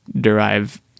derive